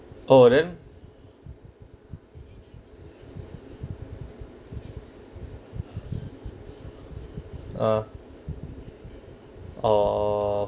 oh then uh oh